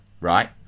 right